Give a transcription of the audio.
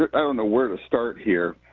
ah i don't know where to start here.